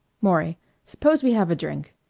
maury suppose we have a drink.